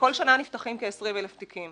בכל שנה נפתחים כ-20,000 תיקים.